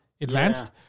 advanced